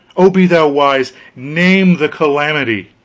oh, be thou wise name the calamity!